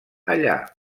allà